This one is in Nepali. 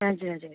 हजुर हजुर